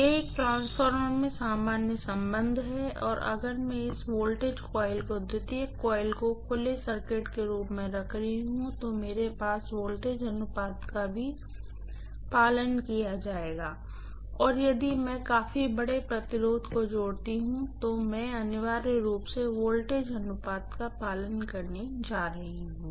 यह एक ट्रांसफार्मर में सामान्य संबंध है और अगर मैं इस वोल्टेज कॉइल को सेकेंडरी कॉइल को ओपन सर्किट के रूप में रख रही हूँ तो मेरे पास वोल्टेज अनुपात का भी पालन किया जाएगा या यदि मैं काफी बड़े प्रतिरोध को जोड़ती हूँ तो मैं अनिवार्य रूप से वोल्टेज अनुपात का पालन करने जा रही हूँ